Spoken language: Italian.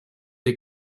dei